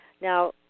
Now